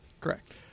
Correct